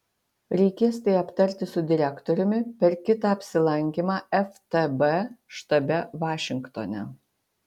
reikės tai aptarti su direktoriumi per kitą apsilankymą ftb štabe vašingtone